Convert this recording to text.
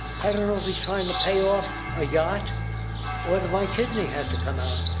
i don't know if he's trying to pay off a yacht or that my kidney has to come out.